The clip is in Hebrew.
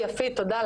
יפית תודה,